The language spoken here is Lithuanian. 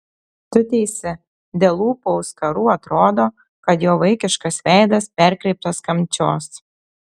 tu teisi dėl lūpų auskarų atrodo kad jo vaikiškas veidas perkreiptas kančios